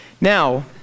Now